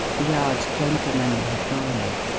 the yard's gentleman had gone.